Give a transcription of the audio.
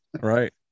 right